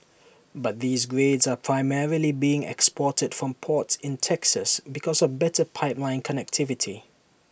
but these grades are primarily being exported from ports in Texas because of better pipeline connectivity